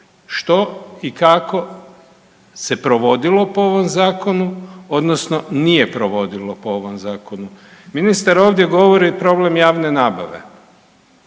što i kako se provodilo po ovom Zakonu, odnosno nije provodilo po ovom Zakonu. Ministar ovdje govori problem javne nabave.